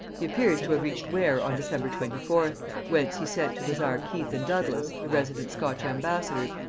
he appears to have reached ware on december twenty fourth, whence he sent to desire keith and douglas, the resident scotch ambassadors,